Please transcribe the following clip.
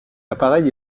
appareils